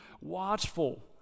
watchful